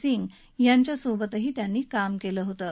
सिंग यांच्या सोबतही त्यांनी काम केलं होतं